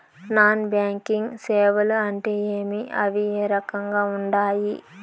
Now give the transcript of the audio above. non banking సేవలు అంటే ఏమి అవి ఏ రకంగా ఉండాయి